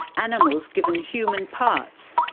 animals given human parts.